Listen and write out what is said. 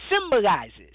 symbolizes